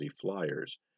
flyers